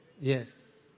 Yes